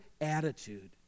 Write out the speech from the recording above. attitude